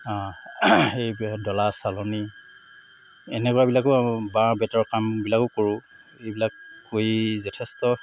এই ডলা চালনী এনেকুৱাবিলাকো বাঁহ বেতৰ কামবিলাকো কৰোঁ এইবিলাক কৰি যথেষ্ট